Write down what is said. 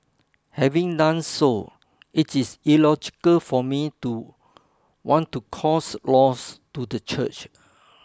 having done so it is illogical for me to want to cause loss to the church